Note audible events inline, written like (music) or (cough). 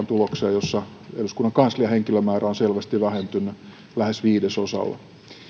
(unintelligible) tulokseen jossa eduskunnan kanslian henkilömäärä on selvästi vähentynyt lähes viidesosalla